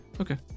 okay